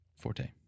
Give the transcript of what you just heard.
forte